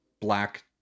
black